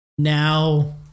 Now